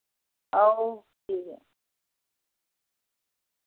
आहो ठीक ऐ